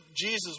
Jesus